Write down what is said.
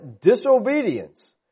disobedience